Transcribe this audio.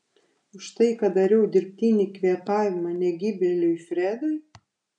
už tai kad dariau dirbtinį kvėpavimą negyvėliui fredui